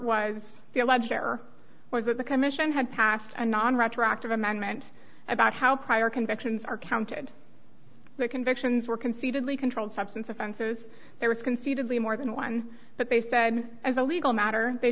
error was that the commission had passed a non retroactive amendment about how prior convictions are counted that convictions were concededly controlled substance offenses there was concededly more than one but they said as a legal matter they